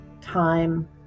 time